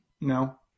No